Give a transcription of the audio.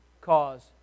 cause